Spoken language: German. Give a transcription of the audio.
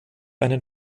einen